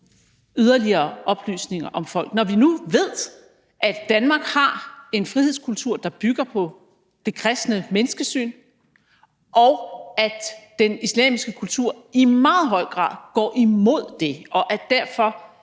yderligere oplysninger om folk, når vi nu ved, at Danmark har en frihedskultur, der bygger på det kristne menneskesyn, og at den islamiske kultur i meget høj grad går imod det, og at det